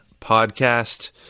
podcast